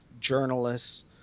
journalists